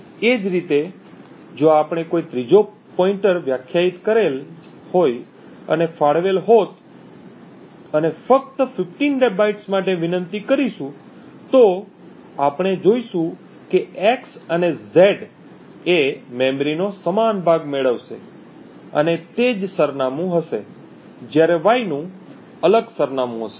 એ જ રીતે જો આપણે કોઈ ત્રીજો પોઇન્ટર વ્યાખ્યાયિત કરેલ અને ફાળવેલ હોત અને ફક્ત 15 બાઇટ્સ માટે વિનંતી કરીશું તો આપણે જોશું કે x અને z એ મેમરીનો સમાન ભાગ મેળવશે અને તે જ સરનામું હશે જ્યારે y નું અલગ સરનામું હશે